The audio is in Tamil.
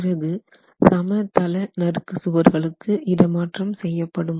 பிறகு சமதள நறுக்கு சுவர்களுக்கு இடமாற்றம் செய்ய படும்